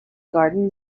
garden